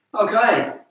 Okay